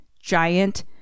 Giant